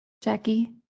Jackie